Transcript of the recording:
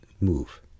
move